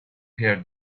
here